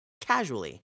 casually